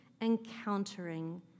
encountering